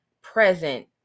present